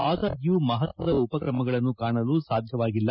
ಆದಾಗ್ಯೂ ಮಹತ್ವದ ಉಪಕ್ರಮಗಳು ಕಾಣಲು ಸಾಧ್ಯವಾಗಿಲ್ಲ